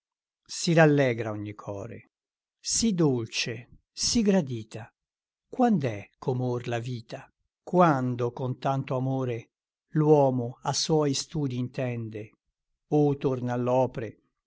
si rallegra ogni core sì dolce sì gradita quand'è com'or la vita quando con tanto amore l'uomo a suoi studi intende o torna all'opre o